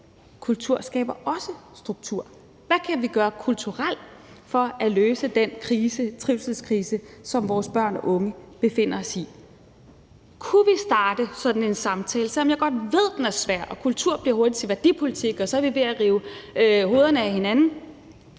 kultur også skaber struktur. Hvad kan vi gøre kulturelt for at løse den trivselskrise, som vores børn og unge befinder sig i? Kunne vi starte sådan en samtale, selv om jeg godt ved, at den er svær og kultur hurtigt bliver til værdipolitik, og så er vi ved at rive hovederne af hinanden?